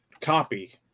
copy